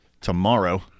Tomorrow